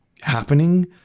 happening